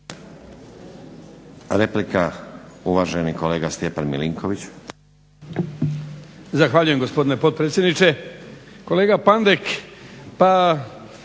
Replika, uvaženi kolega Stjepan Milinković.